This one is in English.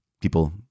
people